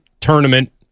tournament